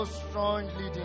strongly